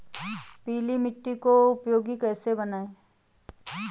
पीली मिट्टी को उपयोगी कैसे बनाएँ?